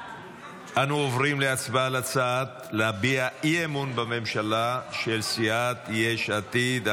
אנו עוברים להצבעה על ההצעה להביע אי-אמון בממשלה של סיעת יש עתיד.